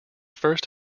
first